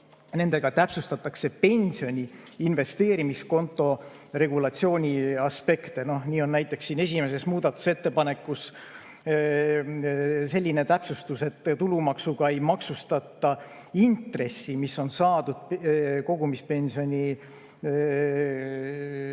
nendega täpsustatakse pensioni investeerimiskonto regulatsiooni aspekte. Näiteks on esimeses muudatusettepanekus selline täpsustus, et tulumaksuga ei maksustata intressi, mis on saadud kogumispensioni seaduses